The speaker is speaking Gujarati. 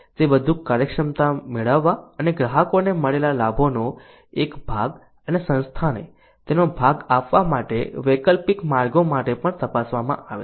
તે વધુ કાર્યક્ષમતા મેળવવા અને ગ્રાહકોને મળેલા લાભોનો એક ભાગ અને સંસ્થાને તેનો ભાગ આપવા માટે વૈકલ્પિક માર્ગો માટે પણ તપાસવામાં આવે છે